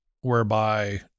whereby